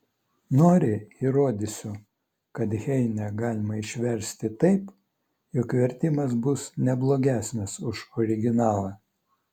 nori įrodysiu kad heinę galima išversti taip jog vertimas bus ne blogesnis už originalą